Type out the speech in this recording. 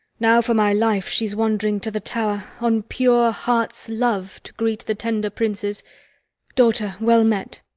now, for my life, she's wandering to the tower, on pure heart's love, to greet the tender princes daughter, well met.